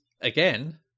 again